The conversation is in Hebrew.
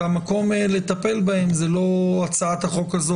והמקום לטפל בהם הוא לא הצעת החוק הזאת.